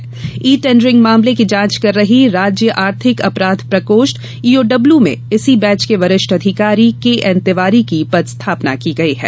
e tendering मामले की जांच कर रही राज्य आर्थिक अपराध प्रकोष्ठ ईओडब्ल्यू में इसी बैच के वरिष्ठ अधिकारी के एनतिवारी की पदस्थापना की गई है